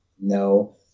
no